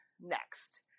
next